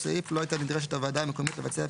תיקון סעיף 17 7. בסעיף 17 לחוק העיקרי בסעיף קטן (ג),